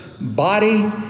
body